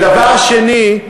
דבר שני,